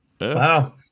Wow